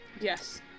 Yes